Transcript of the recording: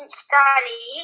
study